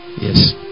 yes